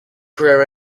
career